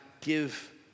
give